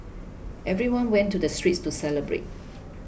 everyone went to the streets to celebrate